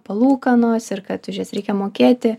palūkanos ir kad už jas reikia mokėti